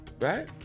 Right